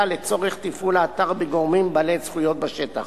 לצורך תפעול האתר בגורמים בעלי זכויות בשטח,